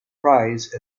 prize